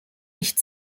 nicht